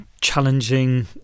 challenging